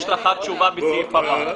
עבד אל חכים חאג' יחיא (הרשימה המשותפת): יש תשובה בתקנה הבאה.